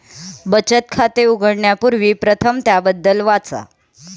बचत खाते उघडण्यापूर्वी प्रथम त्याबद्दल वाचा